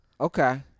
Okay